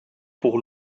pour